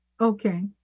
Okay